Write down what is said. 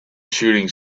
shooting